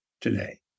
today